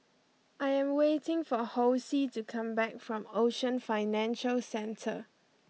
I am waiting for Hosea to come back from Ocean Financial Centre